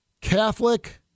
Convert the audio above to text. Catholic